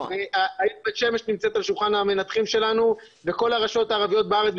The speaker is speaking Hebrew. העיר בית שמש נמצאת על שולחן המנתחים שלנו וכל הרשויות הערביות בארץ,